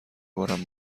بارم